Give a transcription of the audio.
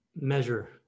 measure